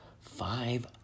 Five